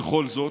בכל זאת,